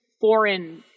foreign –